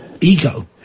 ego